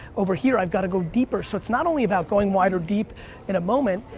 over here i've gotta go deeper. so it's not only about going wide or deep in a moment,